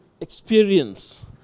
experience